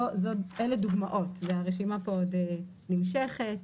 כל אלה דוגמאות והרשימה פה עוד נמשכת.